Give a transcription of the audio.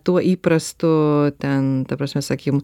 tuo įprastu ten ta prasme sakykim